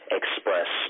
express